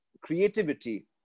creativity